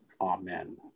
Amen